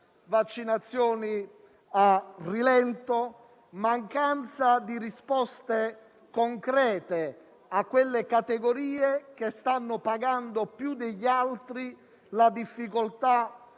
vaccinazioni a rilento; mancanza di risposte concrete a quelle categorie che stanno pagando più degli altri la difficoltà